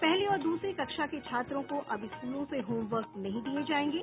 पहली और दूसरी कक्षा के छात्रों को अब स्कूलों से होम वर्क नहीं दिये जायेंगे